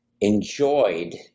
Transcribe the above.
enjoyed